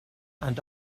and